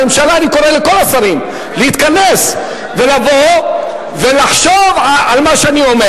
אני קורא לכל השרים להתכנס ולבוא ולחשוב על מה שאני אומר.